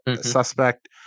suspect